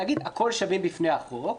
להגיד: הכול שווים בפני החוק,